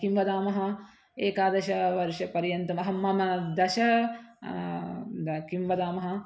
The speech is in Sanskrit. किं वदामः एकादशवर्षपर्यन्तम् अहं मम दश द किं वदामः